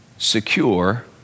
secure